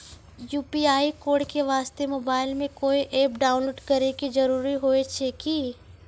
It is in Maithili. यु.पी.आई कोड वास्ते मोबाइल मे कोय एप्प डाउनलोड करे के जरूरी होय छै की?